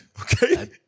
Okay